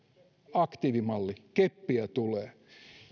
aktiivimalli keppiä tulee